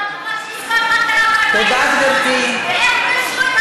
ב-48 ואיך גירשו,